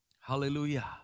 Hallelujah